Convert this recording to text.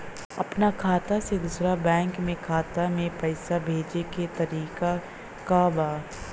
अपना खाता से दूसरा बैंक के खाता में पैसा भेजे के तरीका का बा?